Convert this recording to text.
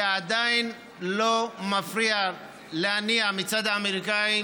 זה עדיין לא מפריע להניע מצד האמריקנים